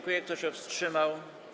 Kto się wstrzymał?